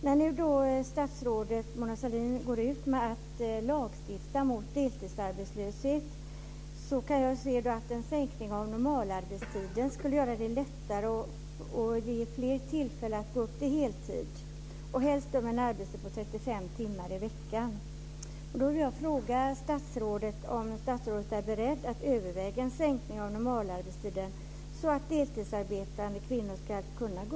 När nu statsrådet Mona Sahlin går ut med att lagstifta mot deltidsarbetslöshet, kan jag se att en sänkning av normalarbetstiden skulle göra det lättare och ge fler tillfälle att gå upp till heltid, helst ett arbete på